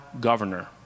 governor